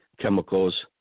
chemicals